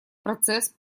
процесс